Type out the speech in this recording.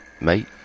mate